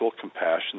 compassion